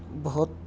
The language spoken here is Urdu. بہت